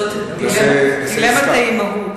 זאת דילמת האמהות: